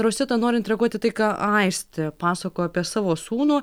rosita norint reaguoti į tai ką aistė pasakojo apie savo sūnų